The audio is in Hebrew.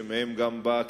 שמהם באה גם,